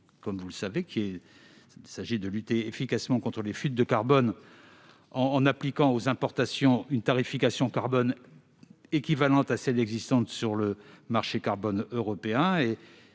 climatique : il s'agit de lutter efficacement contre les fuites de carbone en appliquant aux importations une tarification équivalente à celle qui existe sur le marché européen